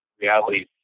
reality